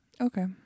Okay